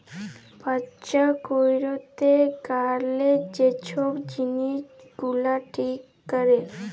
ব্যবছা ক্যইরতে গ্যালে যে ছব জিলিস গুলা ঠিক ক্যরে